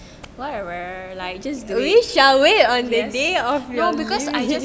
shall we on the day of your lift